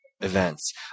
events